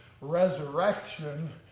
resurrection